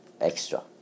extra